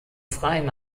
freien